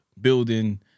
building